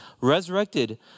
resurrected